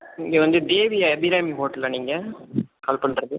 இங்கே வந்து தேவி அபிராமி ஹோட்டலா நீங்கள் கால் பண்ணுறது